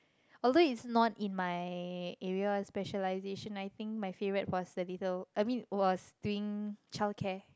although is not in my area specialization I think my favorite was the little I mean was doing childcare